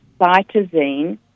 cytosine